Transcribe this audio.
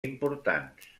importants